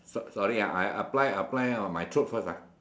s~ sorry ah I apply apply on my throat first ah